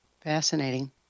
Fascinating